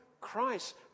Christ